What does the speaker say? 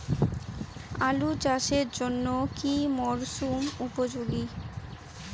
আলু চাষের জন্য কি মরসুম উপযোগী?